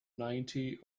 ninety